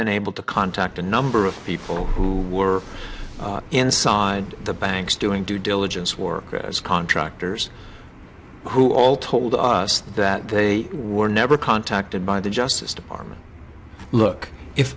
unable to contact a number of people who were inside the banks doing due diligence warcraft's contractors who all told us that they were never contacted by the justice department look if